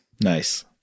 Nice